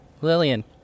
Lillian